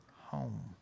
home